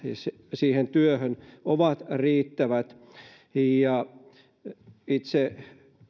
siihen työhön ovat riittävät itse